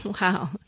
Wow